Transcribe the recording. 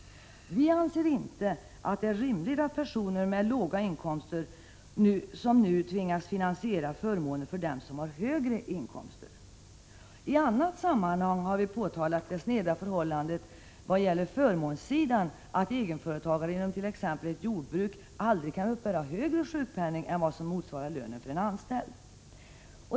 Vi anser inte att det är rimligt att personer med låga inkomster tvingas finansiera förmåner för dem som har högre inkomster. I annat sammanhang har vi påtalat det sneda förhållandet vad gäller förmånssidan, att egenföretagare inom t.ex. jordbruket aldrig kan uppbära högre sjukpenning än vad som motsvarar lönen för en anställd.